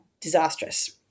disastrous